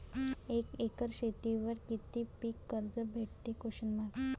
एक एकर शेतीवर किती पीक कर्ज भेटते?